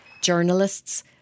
journalists